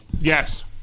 yes